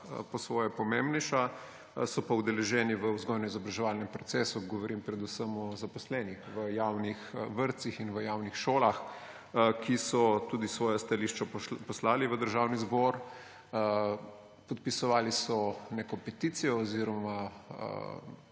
po svoje pomembnejša – so pa udeleženi v vzgojno-izobraževalnem procesu, govorim predvsem o zaposlenih v javnih vrtcih in javnih šolah, ki so tudi svoja stališča poslali v Državni zbor. Podpisali so neko peticijo proti